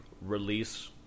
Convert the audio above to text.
release